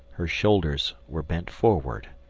her shoulders were bent forward,